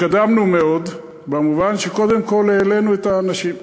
התקדמנו מאוד במובן שקודם כול העלינו את האנשים.